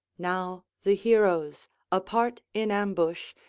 now the heroes apart in ambush,